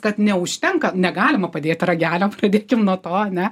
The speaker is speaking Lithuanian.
kad neužtenka negalima padėti ragelio pradėkim nuo to ane